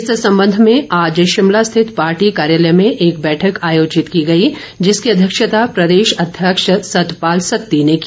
इस संबंध में आज शिमला स्थित पार्टी कार्यालय में एक बैठक आयोजित की गई जिसकी अध्यक्षता प्रदेश अध्यक्ष सतपाल सत्ती ने की